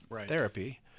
Therapy